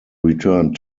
returned